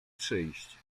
przyjść